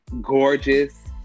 gorgeous